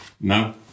No